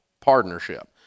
partnership